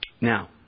Now